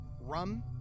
rum